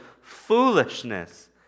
foolishness